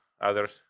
others